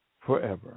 forever